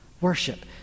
worship